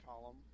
column